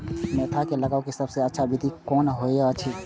Mentha के लगवाक सबसँ अच्छा विधि कोन होयत अछि?